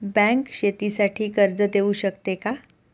Bank शेतीसाठी कर्ज देऊ शकते का?